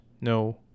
no